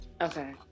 Okay